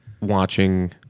watching